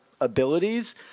abilities